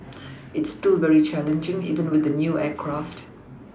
it's still very challenging even with the new aircraft